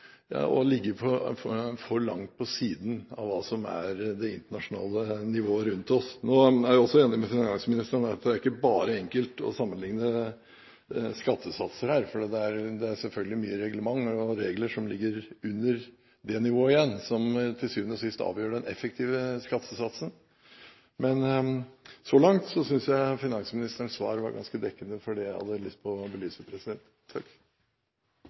internasjonale nivået rundt oss. Jeg er også enig med finansministeren i at det er ikke bare enkelt å sammenligne skattesatser, for det er selvfølgelig mange reglementer og regler som ligger under det nivået igjen, som til syvende og sist avgjør den effektive skattesatsen. Så langt synes jeg finansministerens svar har vært ganske dekkende for det jeg hadde lyst til å belyse.